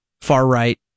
far-right